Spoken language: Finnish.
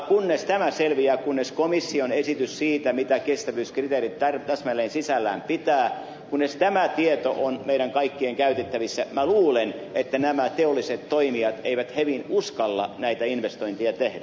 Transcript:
kunnes tämä selviää kunnes komission esitys siitä mitä kestävyyskriteerit täsmälleen sisällään pitävät kunnes tämä tieto on meidän kaikkien käytettävissä niin minä luulen että nämä teolliset toimijat eivät hevin uskalla näitä investointeja tehdä